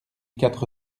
quatre